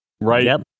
Right